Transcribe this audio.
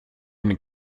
eine